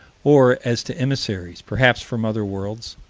or as to emissaries, perhaps, from other worlds,